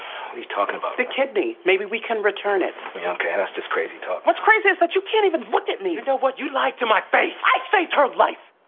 he's talking about the kidney. maybe we can return it. that's just crazy talk. what's crazy is that you can't even look at me. you know what you like. to my face, i state her life.